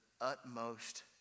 utmost